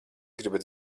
gribat